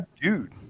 dude